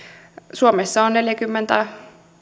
suomessa on neljäkymmentä